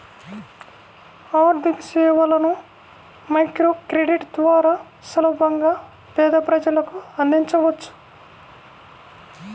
ఆర్థికసేవలను మైక్రోక్రెడిట్ ద్వారా సులభంగా పేద ప్రజలకు అందించవచ్చు